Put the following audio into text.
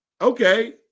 okay